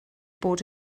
bod